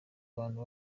abantu